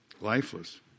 lifeless